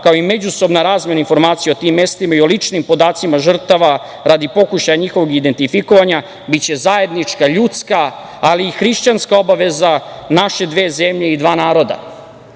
kao i međusobna razmena informacija o tim mestima i o ličnim podacima žrtava radi pokušaja njihovog identifikovanja biće zajednička, ljudska, ali i hrišćanska obaveza naše dve zemlje i dva naroda. Srbija